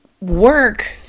work